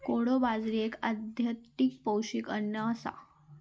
कोडो बाजरी एक अत्यधिक पौष्टिक अन्न आसा